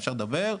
אפשר לדבר,